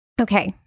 Okay